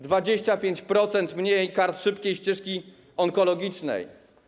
25% mniej kart szybkiej ścieżki onkologicznej.